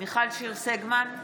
מיכל שיר סגמן,